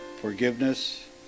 forgiveness